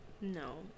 No